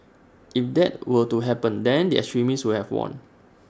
if that were to happen then the extremists would have won